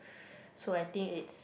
so I think it's